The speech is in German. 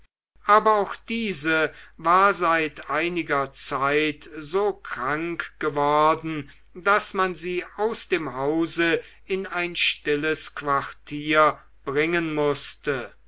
aber auch diese war seit einiger zeit so krank geworden daß man sie aus dem hause in ein stilles quartier bringen mußte